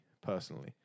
personally